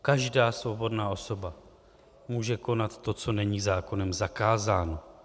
Každá svobodná osoba může konat to, co není zákonem zakázáno.